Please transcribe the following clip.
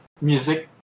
music